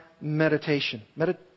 meditation